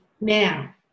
now